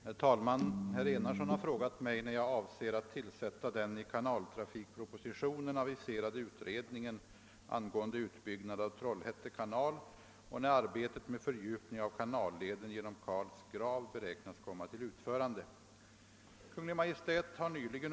Herr talman! Herr Jonasson har frågat mig när jag avser att tillsätta den av riksdagen år 1965 förordade utredningen angående de ideella föreningarnas beskattning.